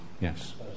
Yes